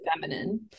feminine